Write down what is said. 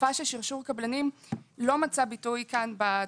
התופעה של שרשור קבלנים לא מצא ביטוי כאן בתקנות.